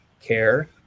care